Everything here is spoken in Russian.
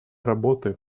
работы